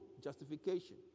justification